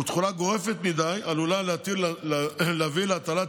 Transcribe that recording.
ותחולה גורפת מדי עלולה להביא להטלת